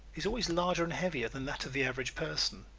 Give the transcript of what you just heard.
is always larger and heavier than that of the average person.